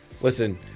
Listen